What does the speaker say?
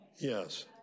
Yes